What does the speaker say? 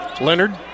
Leonard